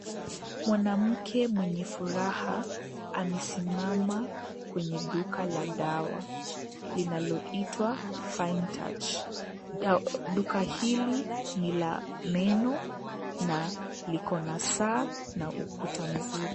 Mwanamke mwenye furaha amesimama kwenye duka la dawa linaloitwa Fine Touch . Duka hili ni la meno na liko na saa na ukuta mzuri.